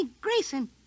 Grayson